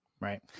Right